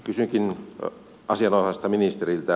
kysynkin asianomaiselta ministeriltä